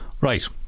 right